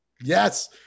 Yes